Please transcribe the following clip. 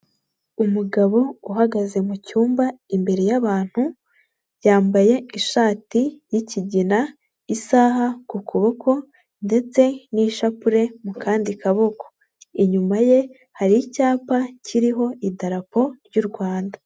Umugabo uhagaze mu cyumba imbere y'abantu, yambaye ishati y'ikigina, isaha ku kuboko ndetse n'ishapule mu kandi kaboko. Inyuma ye hari icyapa kiriho idarapo ry' u Rwanda.